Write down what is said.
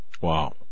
wow